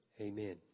Amen